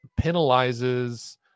penalizes